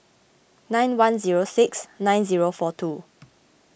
nine one zero six nine zero four two